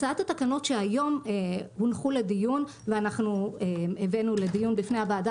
הצעת התקנות שהיום הונחו לדיון ואנחנו הבאנו לדיון בפני הוועדה,